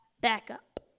backup